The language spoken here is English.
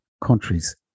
countries